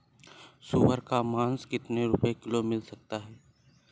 सुअर का मांस कितनी रुपय किलोग्राम मिल सकता है?